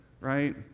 right